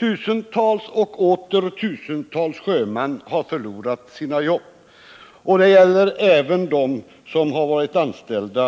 Tusentals och åter tusentals sjömän har förlorat sina jobb. Det gäller även den personal som varit anställd